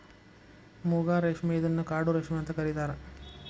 ಮೂಗಾ ರೇಶ್ಮೆ ಇದನ್ನ ಕಾಡು ರೇಶ್ಮೆ ಅಂತ ಕರಿತಾರಾ